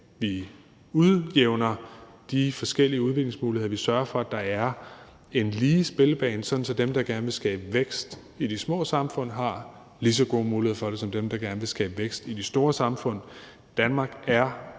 vi udjævner de forskellige udviklingsmuligheder, og at vi sørger for, at der er en lige spillebane, sådan at dem, der gerne vil skabe vækst i de små samfund, har lige så gode muligheder for det som dem, der gerne vil skabe vækst i de store samfund. Danmark er